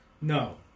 No